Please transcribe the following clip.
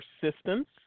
persistence